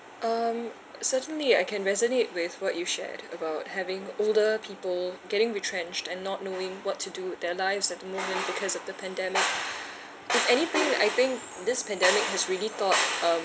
um certainly I can resonate with what you shared about having older people getting retrenched and not knowing what to do with their lives at the moment because of the pandemic if anything I think this pandemic has really taught um